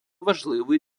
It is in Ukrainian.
важливий